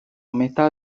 metà